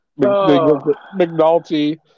McNulty